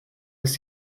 ist